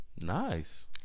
nice